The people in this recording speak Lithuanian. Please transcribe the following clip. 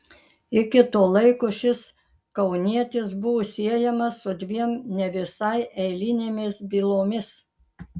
iki to laiko šis kaunietis buvo siejamas su dviem ne visai eilinėmis bylomis